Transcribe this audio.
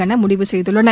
என முடிவு செய்துள்ளன